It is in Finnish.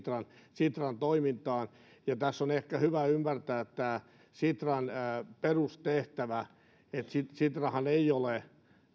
sitran toimintaan tässä on ehkä hyvä ymmärtää sitran perustehtävä että sitrahan ei ole